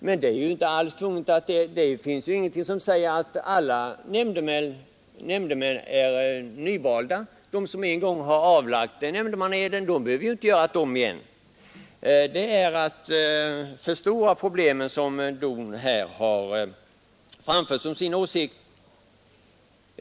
Men det finns ingenting som säger att alla nämndemän är nyvalda. De som en gång avlagt eden behöver inte göra det omigen. DON har förstorat problemet vid anförandet av sin åsikt.